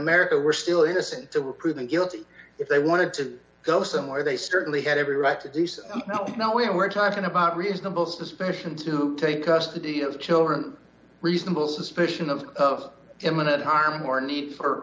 america we're still innocent till proven guilty if they wanted to go somewhere they certainly had every right to do so now we're talking about reasonable suspicion to take custody of children reasonable suspicion of of imminent harm or need for